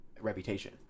reputation